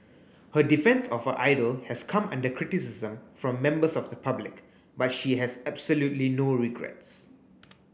her defence of her idol has come under criticism from members of the public but she has absolutely no regrets